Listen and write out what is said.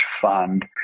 fund